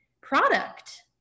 product